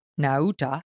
Nauta